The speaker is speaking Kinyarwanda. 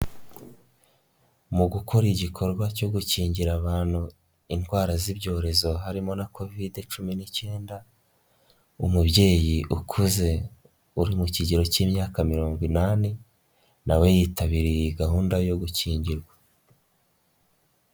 Mu gukora igikorwa cyo gukingira abantu indwara z'ibyorezo harimo na Covid cumi n'icyenda, umubyeyi ukuze uri mu kigero cy'imyaka mirongo inani nawe yitabiriye iyi gahunda yo gukingirwa.